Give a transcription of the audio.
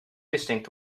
distinct